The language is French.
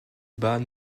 bas